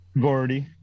gordy